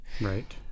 Right